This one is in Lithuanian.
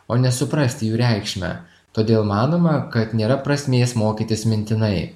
o nesuprasti jų reikšmę todėl manoma kad nėra prasmės mokytis mintinai